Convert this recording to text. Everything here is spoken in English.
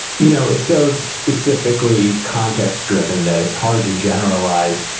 you know it's so specifically context driven, that it's hard to generalize.